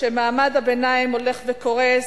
כשמעמד הביניים הולך וקורס,